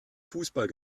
fußball